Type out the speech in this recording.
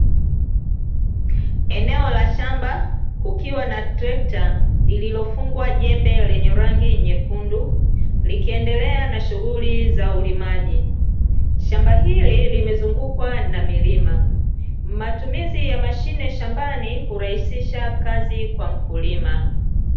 Eneo la shamba kukiwa na trekta lililofungwa jembe lenye rangi nyekundu likiendelea na shughuli za ulimaji. Shamba hili limezungukwa na milima, matumizi ya mashine shambani hurahisisha kazi kwa mkulima.